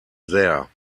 there